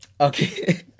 Okay